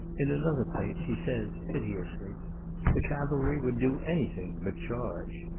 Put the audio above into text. in another place he says, piteously the cavalry would do any thing but charge.